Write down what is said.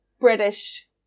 British